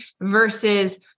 versus